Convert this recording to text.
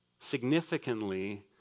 Significantly